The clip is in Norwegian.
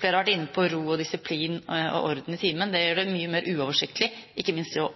Flere har vært inne på ro og disiplin og orden i timen. Det gjør det mye mer uoversiktlig, ikke minst for å